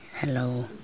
hello